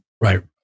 Right